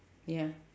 ya